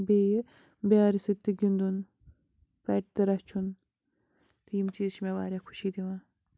بیٚیہِ بیٛارِ سۭتۍ تہِ گِنٛدُن پٮ۪ٹ تہِ رَچھُن تہٕ یِم چیٖز چھِ مےٚ واریاہ خوشی دِوان